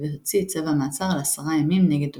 והוציא את צו המעצר ל-10 ימים נגד טוביאנסקי.